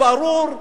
ברור,